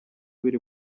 biri